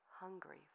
hungry